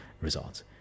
results